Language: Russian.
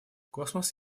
космос